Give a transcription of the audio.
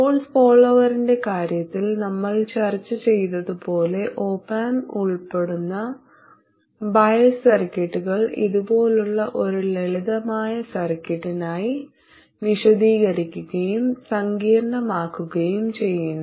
source ഫോള്ളോവെറിന്റെ കാര്യത്തിൽ നമ്മൾ ചർച്ച ചെയ്തതുപോലെ ഒപാംപ് ഉൾപ്പെടുന്ന ബയസ് സർക്യൂട്ടുകൾ ഇതുപോലുള്ള ഒരു ലളിതമായ സർക്യൂട്ടിനായി വിശദീകരിക്കുകയും സങ്കീർണ്ണമാക്കുകയും ചെയ്യുന്നു